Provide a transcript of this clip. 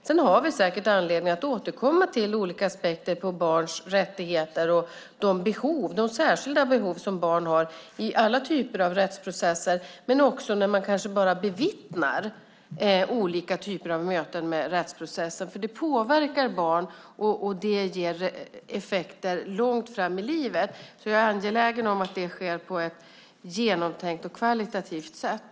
Sedan har vi säkert anledning att återkomma till olika aspekter på barns rättigheter och de särskilda behov som barn har i alla typer av rättsprocesser men också när de kanske bara bevittnar olika typer av möten med rättsprocessen. Det påverkar barn, och det ger effekter långt fram i livet. Jag är angelägen om att detta sker på ett genomtänkt och kvalitativt sätt.